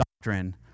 doctrine